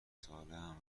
سالهام